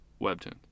webtoon